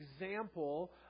example